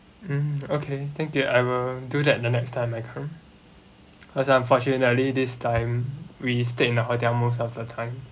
mm okay thank you I will do that the next time I come cause unfortunately this time we stayed in a hotel most of the time